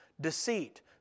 deceit